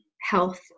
health